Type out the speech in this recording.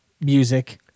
music